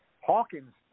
Hawkins